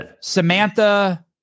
Samantha